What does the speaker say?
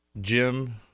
Jim